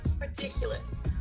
ridiculous